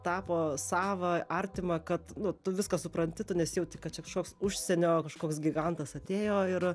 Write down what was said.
tapo sava artima kad nu tu viską supranti tu nesijauti kad čia kažkoks užsienio kažkoks gigantas atėjo ir